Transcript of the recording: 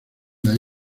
las